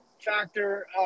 factor